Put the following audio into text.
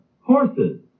horses